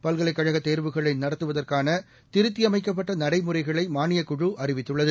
பல்கலைக் கழகதேர்வுகளைநடத்துவதற்கானதிருத்தியமைக்கப்பட்டநடைமுறைகளைமானியக் குழு அறிவித்துள்ளது